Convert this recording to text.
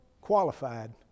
qualified